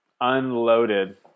unloaded